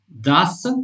Thus